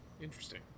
Interesting